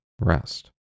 rest